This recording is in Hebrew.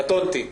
קטונתי.